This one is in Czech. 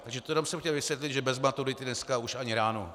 Takže to jsem jenom chtěl vysvětlit, že bez maturity dneska už ani ránu.